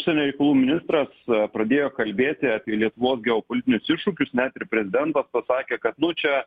užsienio reikalų ministras pradėjo kalbėti apie lietuvos geopolitinius iššūkius net ir prezidentas pasakė kad nu čia